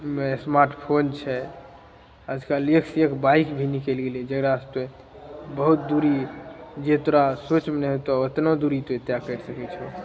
smart phone छै आजकल एक से एक बाइक भी निकलि गेलै जकरा सबसे बहुत दुरी जे तोरा सोच नहि होयतौ ओतनो दुरी तु तय कए सकैत छौ